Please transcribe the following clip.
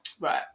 right